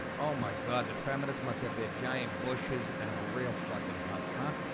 oh my god, the feminists must have their giant bushes and a real fucking huff, huh?